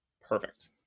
perfect